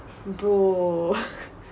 bro